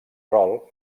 rol